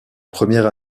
première